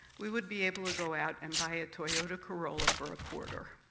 we would be able to go out and buy a toyota corolla for a quarter.